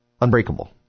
Unbreakable